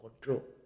control